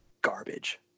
garbage